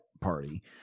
Party